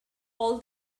all